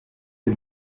byo